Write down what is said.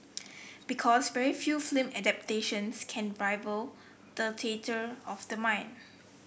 because very few film adaptations can rival the theatre of the mind